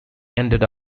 ended